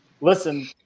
Listen